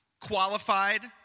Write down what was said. qualified